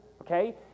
okay